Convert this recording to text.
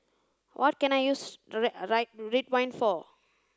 what can I use Ridwind for